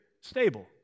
stable